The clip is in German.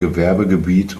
gewerbegebiet